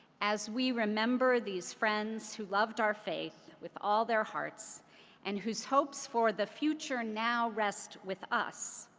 as we remember these friends who loved our faith with all their hearts and whose hopes for the future now rests with us,